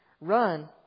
Run